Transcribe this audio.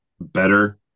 better